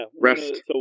rest